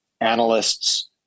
analysts